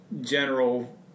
general